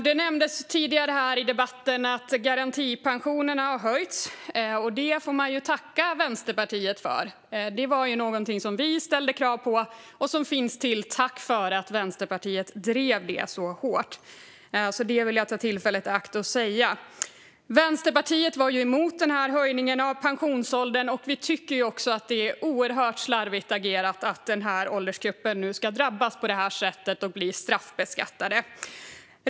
Det nämndes tidigare i debatten att garantipensionerna har höjts, och det får man tacka Vänsterpartiet för. Det var någonting vi ställde krav på och som hände tack vare att Vänsterpartiet drev frågan så hårt. Det vill jag ta tillfället i akt att säga. Vänsterpartiet var emot höjningen av pensionsåldern, och vi tycker att det är oerhört slarvigt agerat att denna åldersgrupp nu drabbas på det här sättet och blir straffbeskattade.